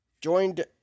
joined